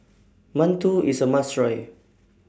mantou IS A must Try